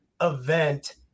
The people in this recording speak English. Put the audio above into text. event